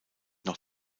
noch